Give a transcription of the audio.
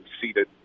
seated